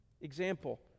example